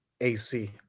AC